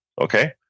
Okay